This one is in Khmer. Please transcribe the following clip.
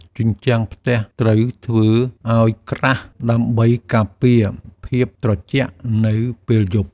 ជញ្ជាំងផ្ទះត្រូវធ្វើឱ្យក្រាស់ដើម្បីការពារភាពត្រជាក់នៅពេលយប់។